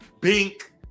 Bink